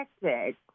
protected